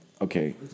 okay